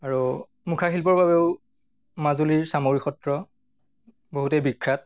আৰু মুখা শিল্পৰ বাবেও মাজুলীৰ চামগুৰিসত্ৰ বহুতেই বিখ্যাত